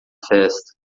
festa